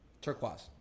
Turquoise